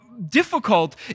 difficult